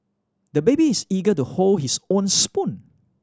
the baby is eager to hold his own spoon